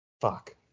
Fuck